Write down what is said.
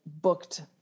booked